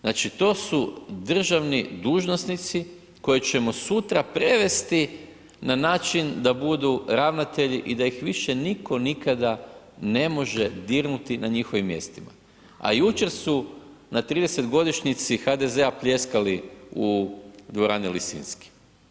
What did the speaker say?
Znači, to su državni dužnosnici koje ćemo sutra prevesti na način da budu ravnatelji i da ih više nitko nikada ne može dirnuti na njihovim mjestima, a jučer su na 30 godišnjici HDZ-a ljeskali u dvorani Lisinski.